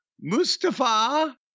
Mustafa